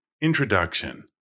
Introduction